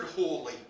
holy